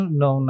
no